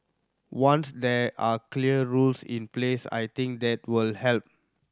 once there are clear rules in place I think that will help